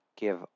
give